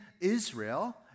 Israel